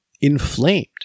inflamed